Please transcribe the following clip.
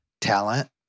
talent